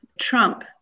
Trump